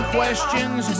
questions